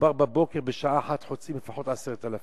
בבוקר בשעה אחת חוצים לפחות 10,000